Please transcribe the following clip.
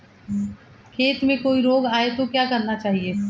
खेत में कोई रोग आये तो क्या करना चाहिए?